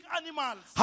animals